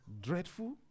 dreadful